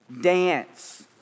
dance